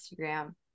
Instagram